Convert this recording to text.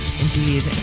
Indeed